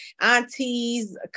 aunties